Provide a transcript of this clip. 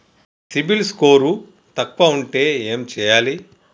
CIBIL score తక్కువ ఉంటే ఏం చేయాలి?